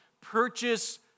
purchase